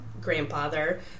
Grandfather